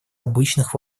обычных